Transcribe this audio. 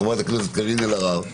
חברת הכנסת קארין אלהרר,